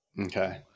Okay